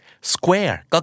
Square